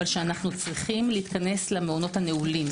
אל שאנו צריכים להתכנס למעונות הנעולים.